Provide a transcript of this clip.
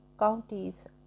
counties